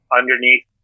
underneath